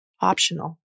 optional